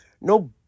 No